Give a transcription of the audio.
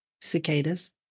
cicadas